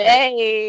Hey